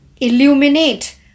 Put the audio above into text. Illuminate